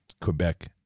Quebec